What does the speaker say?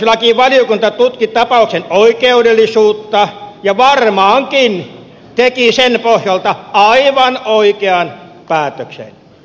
perustuslakivaliokunta tutki tapauksen oikeudellisuutta ja varmaankin teki sen pohjalta aivan oikean päätöksen